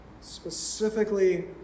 specifically